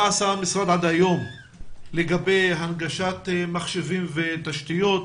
מה עשה המשרד עד היום לגבי הנגשת מחשבים ותשתיות?